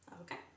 Okay